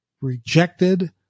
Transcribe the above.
rejected